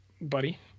buddy